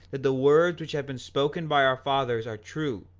that the words which have been spoken by our fathers are true,